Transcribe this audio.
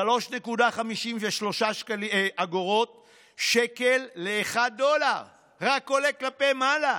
3.53 שקלים לדולר, רק כלפי מעלה.